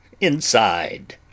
inside